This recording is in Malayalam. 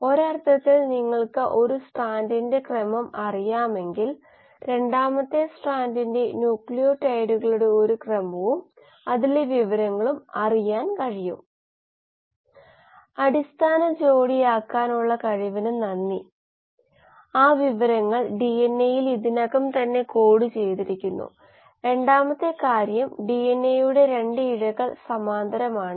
നമ്മൾ ചെയ്തത് നമ്മൾ ഒരു ബയോറിയാക്ടറിൽ തുടർച്ചയായി തൽസമയമായി ഇൻട്രാ സെല്ലുലാർ പിഎച്ച് അളക്കൽ രീതി വികസിപ്പിച്ചെടുത്തതാണ് തുടർന്ന് ഇൻട്രാ സെല്ലുലാർ പിഎച്ച് ഉപയോഗിച്ച് ഒരു പ്രത്യേക ഇൻട്രാസെല്ലുലാർ പിഎച്ചിൽ കോശങ്ങൾ വളർത്താൻ നമ്മൾ ഉപയോഗിച്ചു ഇത് ഊർജ്ജ നിലയുടെ സൂചകമാണ് വ്യത്യസ്ത ഇൻട്രാസെല്ലുലാർ പിഎച്ച് അളവ് പഠിച്ചതിന് ശേഷം കോശത്തിലെ വ്യത്യസ്ത ഉപാപചയ അവസ്ഥകളെ സൂചിപ്പിക്കുന്നു